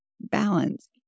balance